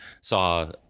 saw